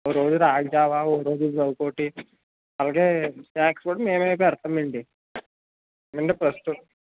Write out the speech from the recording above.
ఒక రోజు రాగి జావ ఒక రోజు ఇంకోటి అలాగే స్నాక్స్ కూడా మేమే పెడతామండి నిన్న ఫస్ట్